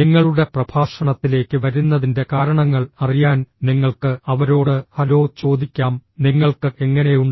നിങ്ങളുടെ പ്രഭാഷണത്തിലേക്ക് വരുന്നതിന്റെ കാരണങ്ങൾ അറിയാൻ നിങ്ങൾക്ക് അവരോട് ഹലോ ചോദിക്കാം നിങ്ങൾക്ക് എങ്ങനെയുണ്ട്